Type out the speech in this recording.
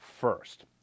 first